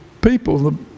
people